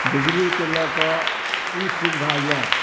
बिजलीके लऽ कऽ ई सुविधा यऽ